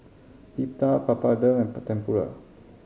Pita Papadum and Tempura